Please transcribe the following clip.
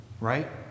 right